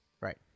Right